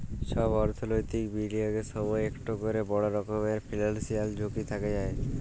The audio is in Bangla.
ছব অথ্থলৈতিক বিলিয়গের সময় ইকট ক্যরে বড় রকমের ফিল্যালসিয়াল ঝুঁকি থ্যাকে যায়